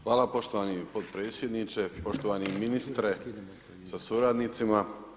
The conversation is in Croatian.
Hvala poštovani potpredsjedniče, poštovani ministre sa suradnicima.